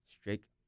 strict